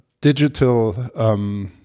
digital